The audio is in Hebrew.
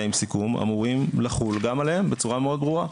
עם סיכום והם אמורים לחול גם עליהם בצורה מאוד ברורה.